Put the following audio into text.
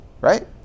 right